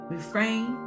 Refrain